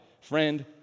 Friend